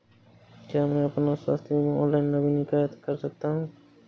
क्या मैं अपना स्वास्थ्य बीमा ऑनलाइन नवीनीकृत कर सकता हूँ?